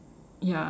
ya